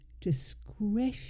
discretion